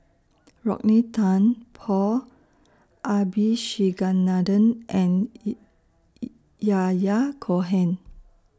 Rodney Tan Paul Abisheganaden and Yahya Cohen